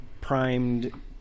primed